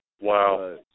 Wow